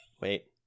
wait